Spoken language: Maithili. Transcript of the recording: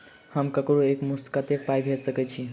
हम ककरो एक मुस्त कत्तेक पाई भेजि सकय छी?